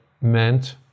meant